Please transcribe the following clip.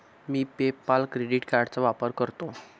मी PayPal credit कार्डचा वापर करतो